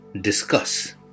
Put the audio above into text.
discuss